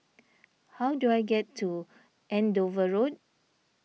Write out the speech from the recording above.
how do I get to Andover Road